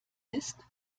ist